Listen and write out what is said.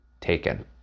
taken